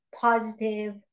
positive